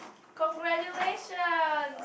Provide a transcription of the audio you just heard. congratulation